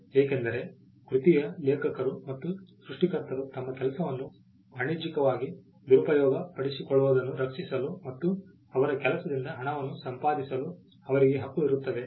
ಏಕೆಂದರೆ ಕೃತಿಯ ಲೇಖಕರು ಮತ್ತು ಸೃಷ್ಟಿಕರ್ತರು ತಮ್ಮ ಕೆಲಸವನ್ನು ವಾಣಿಜ್ಯಿಕವಾಗಿ ದುರುಪಯೋಗ ಪಡಿಸಿಕೊಳ್ಳುವುದನ್ನು ರಕ್ಷಿಸಲು ಮತ್ತು ಅವರ ಕೆಲಸದಿಂದ ಹಣವನ್ನು ಸಂಪಾದಿಸಲು ಅವರಿಗೆ ಹಕ್ಕು ಇರುತ್ತದೆ